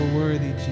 worthy